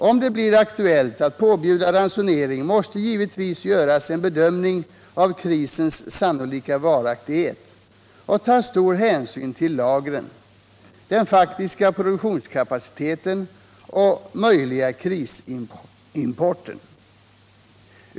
Om det blir aktuellt att påbjuda ransonering måste det givetvis göras en bedömning av krisens sannolika varaktighet och tas stor hänsyn till lagren, den faktiska produktionskapaciteten och den möjliga krisimporten.